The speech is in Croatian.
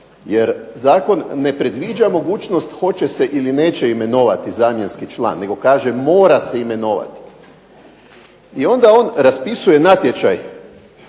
jer zakon ne predviđa mogućnost hoće se ili neće imenovati zamjenski član, nego kaže mora se imenovati. I onda on raspisuje natječaj